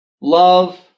love